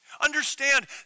Understand